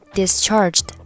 discharged